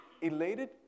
Elated